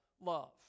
love